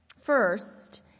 First